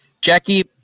Jackie